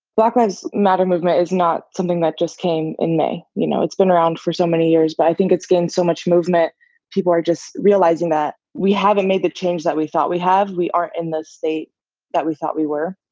black lives matter movement is not something that just came in may. you know, it's been around for so many years. but i think it's gained so much people are just realizing that we haven't made the change that we thought we have. we aren't in the state that we thought we were.